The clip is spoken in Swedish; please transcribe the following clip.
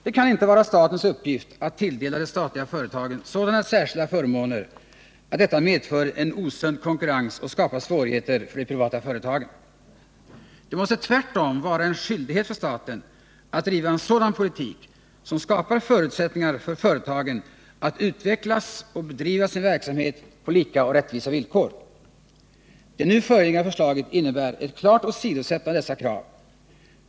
Det kan inte vara statens uppgift att tilldela de statliga företagen sådana särskilda förmåner, att detta medför en osund konkurrens och skapar svårigheter för de privata företagen. Det måste tvärtom vara en skyldighet för staten att driva en sådan politik, som skapar förutsättningar för företagen att utvecklas och bedriva sin verksamhet på lika och rättvisa villkor. Det nu föreliggande förslaget innebär ett klart åsidosättande av dessa krav.